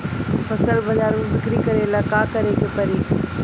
फसल बाजार मे बिक्री करेला का करेके परी?